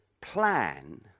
plan